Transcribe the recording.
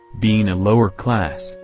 being a lower class,